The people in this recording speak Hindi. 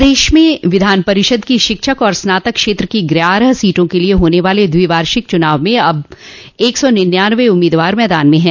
प्रदेश में विधान परिषद की शिक्षक और स्नातक क्षेत्र की ग्यारह सीटों के लिये होने वाले द्विवार्षिक चुनाव में अब एक सौ निनयानबे उम्मीदवार मैदान में है